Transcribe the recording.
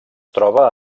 troba